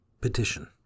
Petition